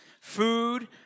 food